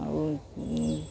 ଆଉ